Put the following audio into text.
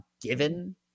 given